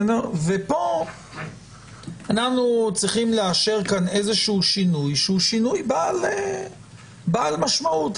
אנחנו צריכים לאשר כאן איזה שינוי שהוא שינוי בעל משמעות.